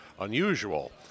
unusual